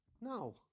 No